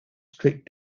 strict